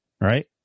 right